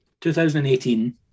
2018